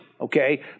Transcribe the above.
Okay